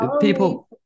people